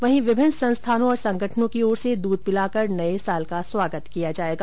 वहीं विभिन्न संस्थानों और संगठनों की ओर से दूध पिलाकर नये साल का स्वागत किया जायेगा